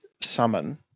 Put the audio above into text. summon